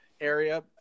area